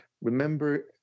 remember